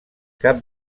cap